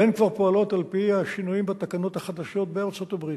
והן כבר פועלות על-פי השינויים והתקנות החדשות בארצות-הברית,